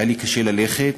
היה לי קשה ללכת,